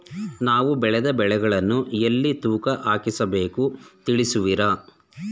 ನಾವು ಬೆಳೆದ ಬೆಳೆಗಳನ್ನು ಎಲ್ಲಿ ತೂಕ ಹಾಕಿಸ ಬೇಕು ತಿಳಿಸುವಿರಾ?